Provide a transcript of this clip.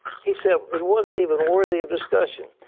he said it wasn't even worthy of discussion.